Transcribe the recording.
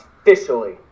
officially